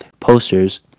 Posters